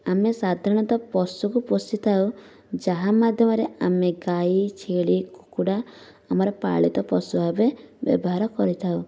ଆମେ ସାଧାରଣତଃ ପଶୁକୁ ପୋଷିଥାଉ ଯାହା ମାଧ୍ୟମରେ ଆମେ ଗାଈ ଛେଳି କୁକୁଡ଼ା ଆମର ପାଳିତ ପଶୁ ଭାବେ ବ୍ୟବହାର କରିଥାଉ